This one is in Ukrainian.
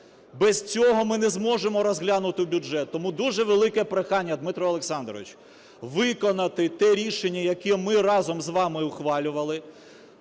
Без цього ми не зможемо розглянути бюджет. Тому дуже велике прохання, Дмитре Олександровичу, виконати те рішення, яке ми разом з вами ухвалювали.